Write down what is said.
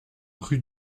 rue